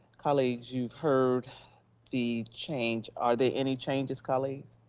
colleagues you've heard the change. are there any changes, colleagues,